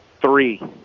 Three